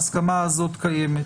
ההסכמה הזאת קיימת.